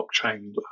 blockchain